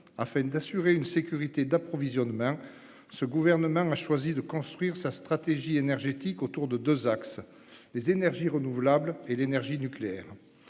afin d'assurer une sécurité d'approvisionnement, ce gouvernement a choisi de construire sa stratégie énergétique autour de deux axes : les énergies renouvelables et l'énergie nucléaire.